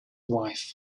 wife